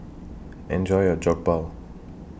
Enjoy your Jokbal